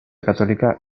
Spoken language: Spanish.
católica